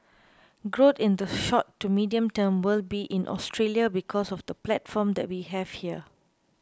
growth in the short to medium term will be in Australia because of the platform that we have here